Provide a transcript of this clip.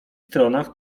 stronach